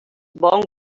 bon